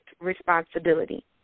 responsibility